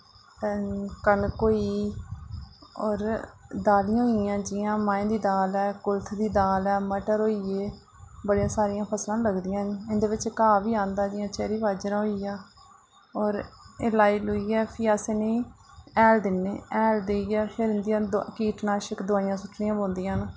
कनक होई और दालीं होइयां जि'यां माहें दी दाल ऐ कुल्थ दी दाल ऐ मटर होई गे बड़ियां सारियां फसलां लगदियां न इंदे बिच घा बी आंदा जि'यां चरी बाजरा होई गेआ और एह् लाई लुइयै फ्ही अस इनें ई हैल दिन्ने हैल देइयै फिर इंदियां कीट नाशक दोआइयां सु'ट्टनियां पौंदियां न